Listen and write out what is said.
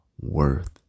worth